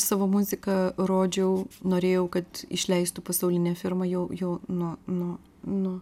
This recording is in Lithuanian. savo muziką rodžiau norėjau kad išleistų pasaulinė firma jau jau nuo nuo nuo